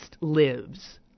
lives